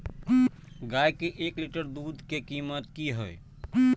गाय के एक लीटर दूध के कीमत की हय?